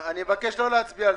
אני מבקש לא להצביע על זה עכשיו.